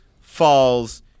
falls